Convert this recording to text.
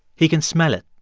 he can smell it.